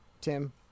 Tim